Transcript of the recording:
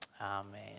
Amen